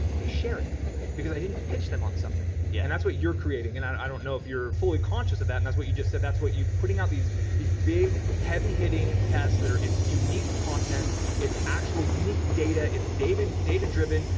they share it because i didn't pitch them on something, yeah and that's what you're creating, and i don't know if you're fully conscious of that and that's what you just said. that's what you, putting out these these big, heavy-hitting tests that are, it's unique content, it's actual unique data, it's and data-driven,